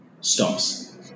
stops